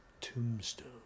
Tombstone